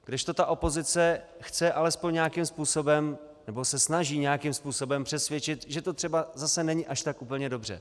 Kdežto opozice chce alespoň nějakým způsobem, nebo se snaží nějakým způsobem přesvědčit, že to třeba zase není až tak úplně dobře.